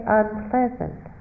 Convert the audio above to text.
unpleasant